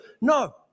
No